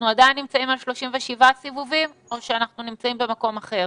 אנחנו עדיין נמצאים על 37 סיבובים או שאנחנו נמצאים במקום אחר?